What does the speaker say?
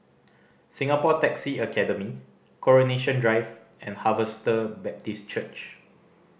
Singapore Taxi Academy Coronation Drive and Harvester Baptist Church